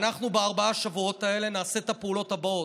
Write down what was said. אנחנו בארבעת השבועות האלה נעשה את הפעולות האלה: